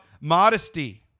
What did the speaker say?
modesty